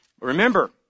remember